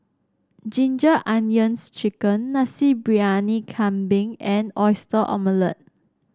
Ginger Onions chicken Nasi Briyani Kambing and Oyster Omelette